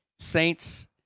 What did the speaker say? Saints